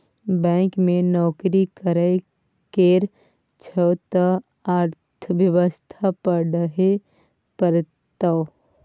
bank मे नौकरी करय केर छौ त अर्थव्यवस्था पढ़हे परतौ